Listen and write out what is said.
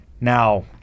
Now